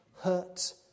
hurt